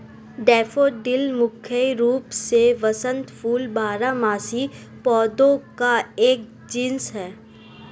daffodil मुख्य रूप से वसंत फूल बारहमासी पौधों का एक जीनस है